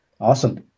Awesome